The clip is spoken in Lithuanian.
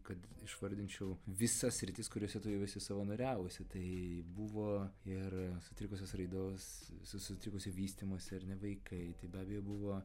kad išvardinčiau visas sritis kuriose tu jau esi savanoriavusi tai buvo ir sutrikusios raidos su sutrikusio vystymosi ar ne vaikai tai be abejo buvo